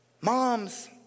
Moms